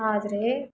ಆದರೆ